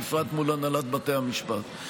בפרט מול הנהלת בתי המשפט.